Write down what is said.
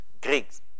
Greeks